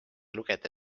lugeda